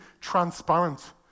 transparent